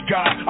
God